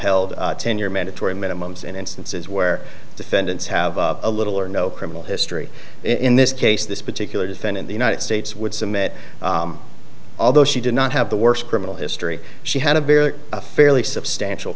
held ten year mandatory minimums and instances where defendants have a little or no criminal history in this case this particular defendant the united states would submit although she did not have the worst criminal history she had a beer or a fairly substantial